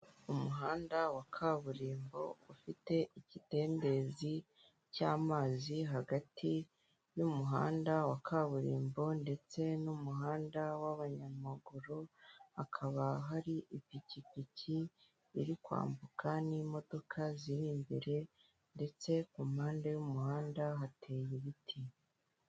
Umuhanda wa kaburimbo ufite ikidendezi cy'amazi hagati y'umuhanda wa kaburimbo ndetse n'umuhanda w'abanyamaguru, hakaba hari ipikipiki iri kwambuka n'imodoka ziri imbere ndetse ku mpande y'umuhanda hateye ibiti.